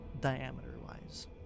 diameter-wise